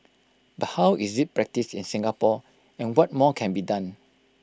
but how is IT practised in Singapore and what more can be done